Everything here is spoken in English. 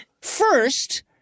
First